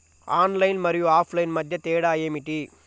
Online మరియు offline మధ్య తేడా ఏమిటీ?